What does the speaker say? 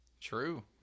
True